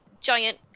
giant